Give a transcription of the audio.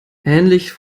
ähnlich